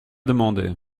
demandé